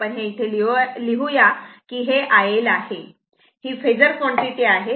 आपण हे इथे लिहू या हे iL आहे ही फेजर क्वांटिटी आहे